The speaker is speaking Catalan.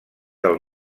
del